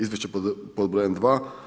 Izvješće pod brojem dva.